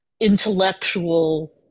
intellectual